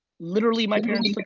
literally my parents, like